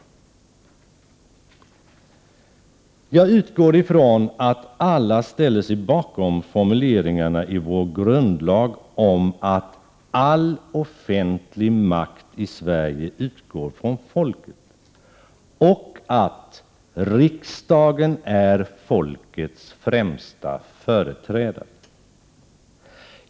é Jag utgår ifrån att alla ställer sig bakom formuleringarna i vår grundlag om att ”all offentlig makt i Sverige utgår från folket” och att ”riksdagen är folkets främsta företrädare”.